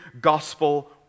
gospel